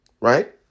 right